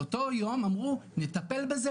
באותו יום אמרו נטפל בזה,